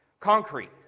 Concrete